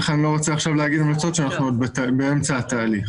לכן אני לא רוצה עכשיו להגיד המלצות כשאנחנו עוד באמצע התהליך.